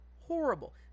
horrible